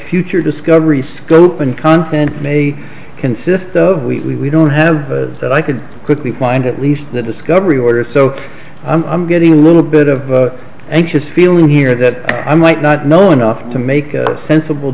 future discovery scope and content may consist of we don't have that i could quickly find at least that discovery order it so i'm getting a little bit of anxious feeling here that i might not know enough to make a sensible